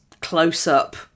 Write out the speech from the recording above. close-up